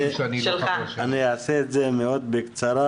אני אעשה את זה בקצרה,